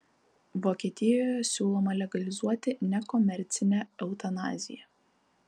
vokietijoje siūloma legalizuoti nekomercinę eutanaziją